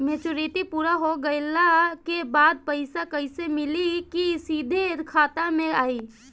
Maturity पूरा हो गइला के बाद पईसा कैश मिली की सीधे खाता में आई?